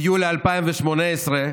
ביולי 2018,